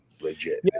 legit